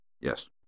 Yes